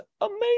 amazing